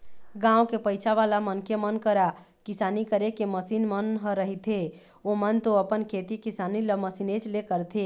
गाँव के पइसावाला मनखे मन करा किसानी करे के मसीन मन ह रहिथेए ओमन तो अपन खेती किसानी ल मशीनेच ले करथे